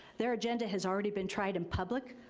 their agenda has already been tried in public.